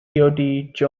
joint